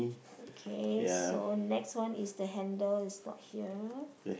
okay so next one is the handle is not here